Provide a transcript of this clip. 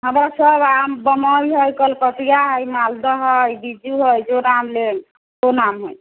हमरा सब आम बम्बइ है कलकतिया है मालदह है बीजु है जोन आम लेब से आम है